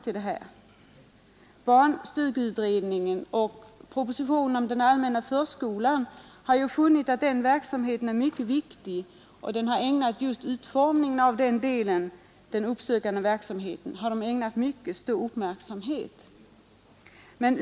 I barnstugeutredningen och i propositionen om den allmänna förskolan har man funnit den uppsökande verksamheten mycket viktig och ägnat utformningen av den delen mycket stor uppmärksamhet.